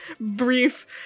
brief